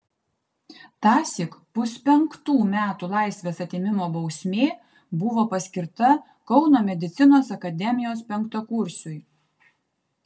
tąsyk puspenktų metų laisvės atėmimo bausmė buvo paskirta kauno medicinos akademijos penktakursiui